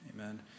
Amen